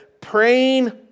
praying